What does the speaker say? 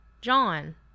John